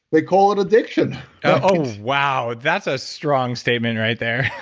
they call it addiction oh, wow. that's a strong statement right there